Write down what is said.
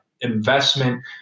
investment